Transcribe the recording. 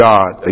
God